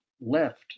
left